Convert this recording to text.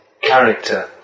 character